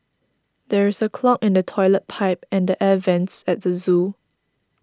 there is a clog in the Toilet Pipe and the Air Vents at the zoo